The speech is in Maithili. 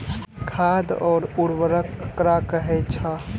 खाद और उर्वरक ककरा कहे छः?